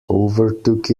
overtook